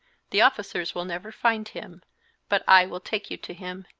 the officers will never find him but i will take you to him,